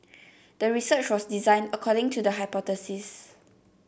the research was designed according to the hypothesis